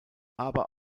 aber